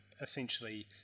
essentially